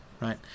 Right